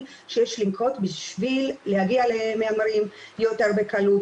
שיש לנקוט בשביל להגיע למהמרים יותר בקלות.